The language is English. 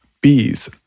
bees